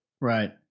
Right